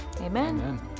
Amen